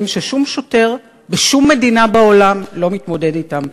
ששום שוטר בשום מדינה בעולם לא מתמודד אתם,